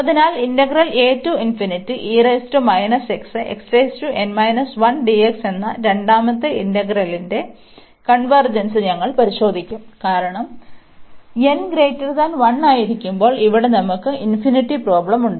അതിനാൽ എന്ന രണ്ടാമത്തെ ഇന്റഗ്രലിന്റെ കൺവെർജെൻസ് ഞങ്ങൾ പരിശോധിക്കും കാരണം n 1 ആയിരിക്കുമ്പോൾ ഇവിടെ നമുക്ക് ഇൻഫിനിറ്റി പ്രോബ്ലം ഉണ്ട്